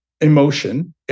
emotion